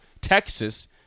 Texas